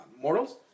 mortals